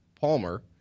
Palmer